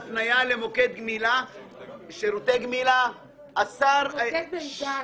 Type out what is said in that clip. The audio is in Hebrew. שאלה למשרד המשפטים.